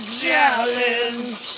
challenge